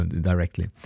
directly